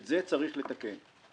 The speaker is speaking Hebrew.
את זה צריך לתקן.